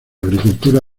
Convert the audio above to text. agricultura